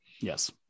Yes